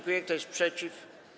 Kto jest przeciw?